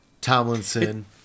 Tomlinson